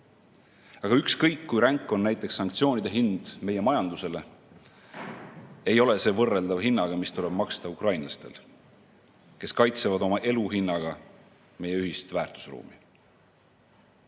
Aga ükskõik kui ränk on näiteks sanktsioonide hind meie majandusele, ei ole see võrreldav hinnaga, mis tuleb maksta ukrainlastel, kes kaitsevad oma elu hinnaga meie ühist väärtusruumi.